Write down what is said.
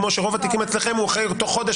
כמו שרוב התיקים שלכם מקבלים טיפול בתוך חודש